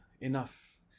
Enough